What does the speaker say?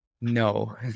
No